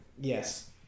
Yes